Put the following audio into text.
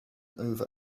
over